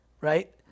right